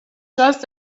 just